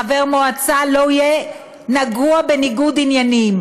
חבר מועצה לא יהיה נגוע בניגוד עניינים.